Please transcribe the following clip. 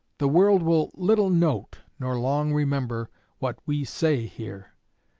the world will little note nor long remember what we say here,